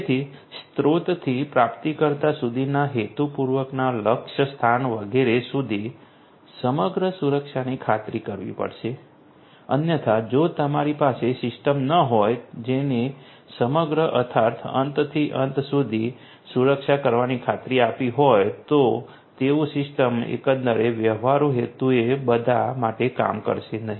તેથી સ્ત્રોતથી પ્રાપ્તિકર્તા સુધીના હેતુપૂર્વકના લક્ષ્યસ્થાન વગેરે સુધી સમગ્ર સુરક્ષાની ખાતરી કરવી પડશે અન્યથા જો તમારી પાસે સિસ્ટમ ન હોય જેણે સમગ્ર અર્થાત અંત થી અંતસુધી સુરક્ષા કરવાની ખાતરી આપી હોય તો તેવું સિસ્ટમ એકંદરે વ્યવહારુ હેતુએ બધા માટે કામ કરશે નહીં